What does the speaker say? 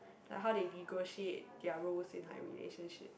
like how they negotiate their roles and like relationship